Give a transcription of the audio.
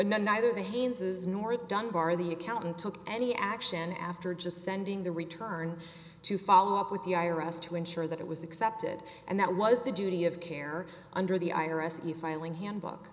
neither the haynes's nor the dunbar the accountant took any action after just sending the return to follow up with the i r s to ensure that it was accepted and that was the duty of care under the i r s the filing handbook